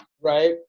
right